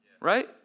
right